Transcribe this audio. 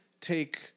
take